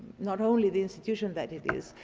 not only the institution that it is,